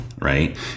right